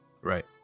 Right